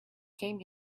came